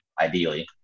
ideally